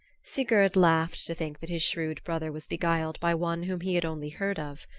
sigurd laughed to think that his shrewd brother was beguiled by one whom he had only heard of.